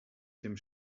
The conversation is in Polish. tym